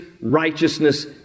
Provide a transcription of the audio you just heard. righteousness